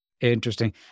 Interesting